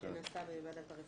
אוקי,